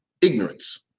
ignorance